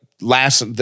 last